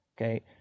okay